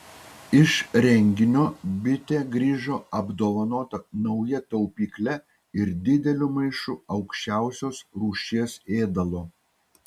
iš renginio bitė grįžo apdovanota nauja taupykle ir dideliu maišu aukščiausios rūšies ėdalo